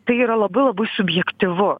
tai yra labai labai subjektyvu